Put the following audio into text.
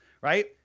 right